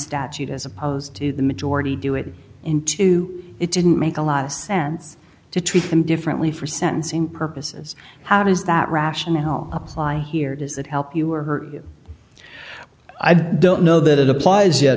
statute as opposed to the majority do it in two it didn't make a lot of sense to treat them differently for sentencing purposes how does that rationale apply here does that help you or her i don't know that it applies yet